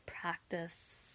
practice